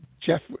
Jeff